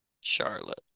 Charlotte